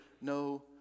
no